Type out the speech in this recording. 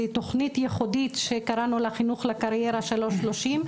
תוכנית ייחודית שקראנו לה "חינוך לקריירה 3-30",